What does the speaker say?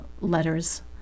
letters